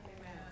Amen